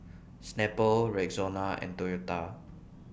Snapple Rexona and Toyota